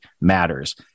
matters